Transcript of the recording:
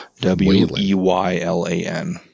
W-E-Y-L-A-N